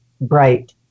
bright